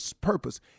purpose